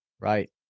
Right